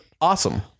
awesome